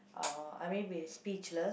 uh I may be speechless